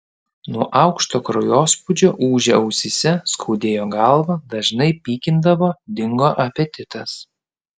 nuo aukšto kraujospūdžio ūžė ausyse skaudėjo galvą dažnai pykindavo dingo apetitas